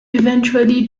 eventually